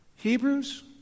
Hebrews